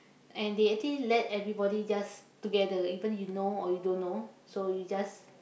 and they actually let everybody just together even you know or you don't know so you just